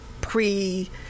pre-